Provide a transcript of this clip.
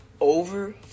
over